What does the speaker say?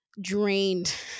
drained